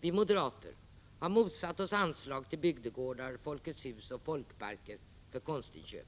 Vi moderater har motsatt oss anslag till bygdegårdar, Folkets hus och folkparker för konstinköp.